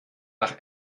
nach